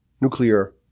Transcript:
nuclear